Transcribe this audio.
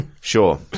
Sure